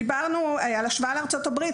דיברנו על ההשוואה לארצות הברית,